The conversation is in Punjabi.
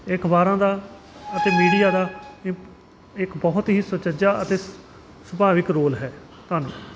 ਇਹ ਅਖ਼ਬਾਰਾਂ ਦਾ ਅਤੇ ਮੀਡੀਆ ਦਾ ਇਹ ਇੱਕ ਬਹੁਤ ਹੀ ਸੁਚੱਜਾ ਅਤੇ ਸੁਭਾਵਿਕ ਰੋਲ ਹੈ ਧੰਨਵਾਦ